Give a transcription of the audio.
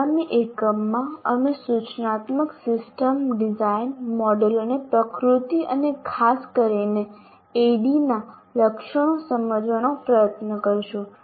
આગામી એકમમાં અમે સૂચનાત્મક સિસ્ટમ ડિઝાઇન મોડેલોની પ્રકૃતિ અને ખાસ કરીને ADDIE ના લક્ષણો સમજવાનો પ્રયત્ન કરીશું